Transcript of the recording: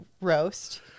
roast